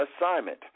assignment